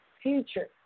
future